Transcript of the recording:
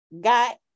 got